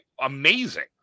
amazing